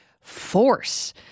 force